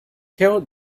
tell